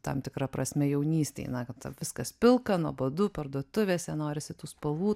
tam tikra prasme jaunystėj na kad tau viskas pilka nuobodu parduotuvėse norisi tų spalvų